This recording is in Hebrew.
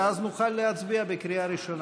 ואז נוכל להצביע בקריאה ראשונה.